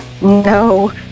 No